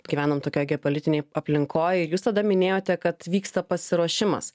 gyvenam tokioj geopolitinėj aplinkoj ir jūs tada minėjote kad vyksta pasiruošimas